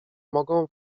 mogą